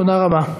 תודה רבה.